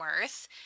worth